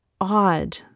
odd